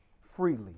freely